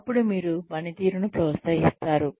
అప్పుడు మీరు పనితీరును ప్రోత్సహిస్తారు